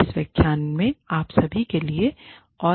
अब इस व्याख्यान में आप सभी के लिए है